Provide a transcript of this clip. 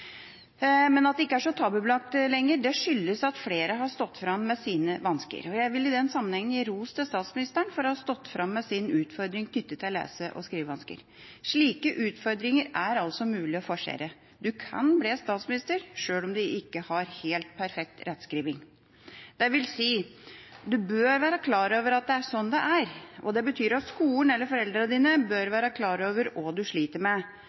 At det ikke er så tabubelagt lenger, skyldes at flere har stått fram med sine vansker. Jeg vil i den sammenhengen gi ros til statsministeren for å ha stått fram med sin utfordring knyttet til lese- og skrivevansker. Slike utfordringer er altså mulig å forsere. Du kan bli statsminister selv om du ikke har helt perfekt rettskriving. Det vil si: Du bør være klar over at det er sånn det er, og det betyr at skolen eller foreldrene dine bør være klar over hva du sliter med.